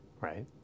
right